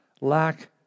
lack